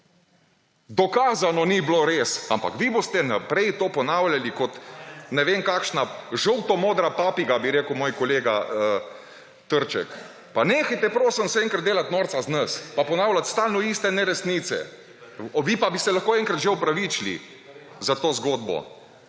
Dokazano ni bilo res, ampak vi boste to naprej ponavljali, kot ne vem kakšna žolto modra papiga, bi rekel moj kolega Trček. Pa nehajte se, prosim, že enkrat delati norca iz nas pa ponavljati stalno iste neresnice. Vi pa bi se lahko enkrat že opravičili za to zgodbo,